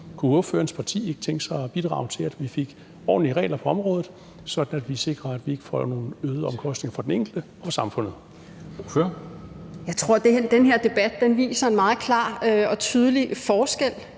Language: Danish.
Kunne ordførerens parti ikke tænke sig at bidrage til, at vi fik ordentlige regler på området, sådan at vi sikrer, at vi ikke får nogle øgede omkostninger for den enkelte og for samfundet? Kl. 10:23 Formanden (Henrik Dam Kristensen): Ordføreren.